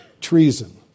treason